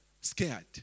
scared